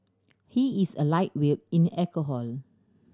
he is a lightweight in alcohol